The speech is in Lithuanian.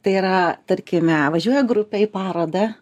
tai yra tarkime važiuoja grupė į parodą